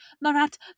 Marat